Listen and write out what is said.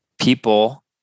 people